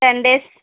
ten days